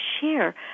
share